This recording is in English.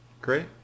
Great